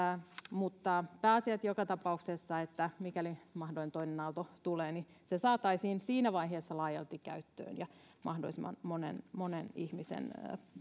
mutta pääasia joka tapauksessa on että mikäli mahdollinen toinen aalto tulee niin se saataisiin siinä vaiheessa laajalti käyttöön ja mahdollisimman monen monen ihmisen